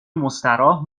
مستراح